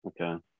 Okay